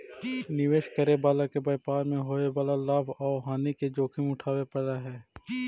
निवेश करे वाला के व्यापार मैं होवे वाला लाभ औउर हानि के जोखिम उठावे पड़ऽ हई